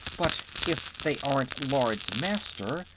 but if they aren't lords-master,